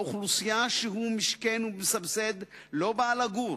האוכלוסייה שהוא משכן ומסבסד לא באה לגור,